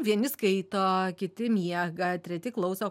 vieni skaito kiti miega treti klauso